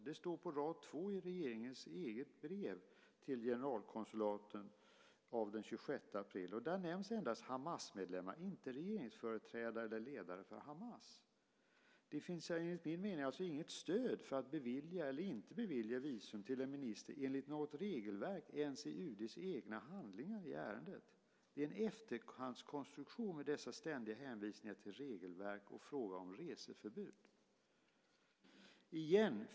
Det står på rad två i regeringens eget brev till generalkonsulaten av den 26 april. Där nämns endast Hamasmedlemmar, inte regeringsföreträdare eller ledare för Hamas. Det finns enligt min mening inget stöd för att bevilja eller inte bevilja visum till en minister enligt något regelverk ens i UD:s egna handlingar i ärendet. Det är en efterhandskonstruktion med dessa ständiga hänvisningar till regelverk och fråga om reseförbud.